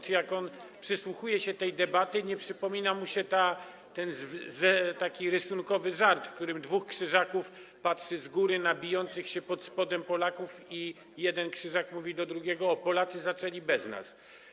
Czy gdy przysłuchuje się tej debacie, nie przypomina mu się taki rysunkowy żart, w którym dwóch Krzyżaków patrzy z góry na bijących się pod spodem Polaków i jeden Krzyżak mówi do drugiego: O, Polacy zaczęli bez nas.